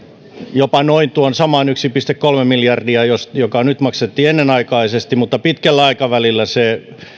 jopa noin tuon saman yksi pilkku kolme miljardia joka nyt maksettiin ennenaikaisesti mutta pitkällä aikavälillä se